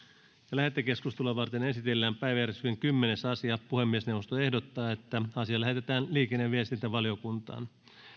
lähetekeskustelua varten esitellään päiväjärjestyksen kymmenes asia puhemiesneuvosto ehdottaa että asia lähetetään liikenne ja viestintävaliokuntaan